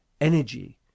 energy